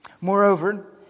Moreover